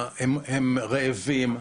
הם רעבים.